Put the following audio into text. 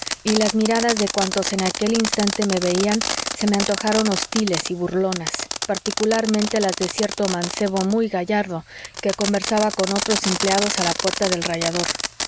y las miradas de cuantos en aquel instante me veían se me antojaron hostiles y burlonas particularmente las de cierto mancebo muy gallardo que conversaba con otros empleados a la puerta del rayador